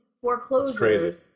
foreclosures